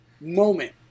moment